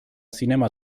zinema